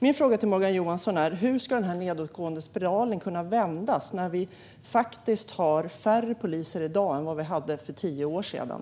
Min fråga till Morgan Johansson är: Hur ska denna nedåtgående spiral kunna vändas, när vi faktiskt har färre poliser i dag än vi hade för tio år sedan?